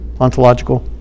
Ontological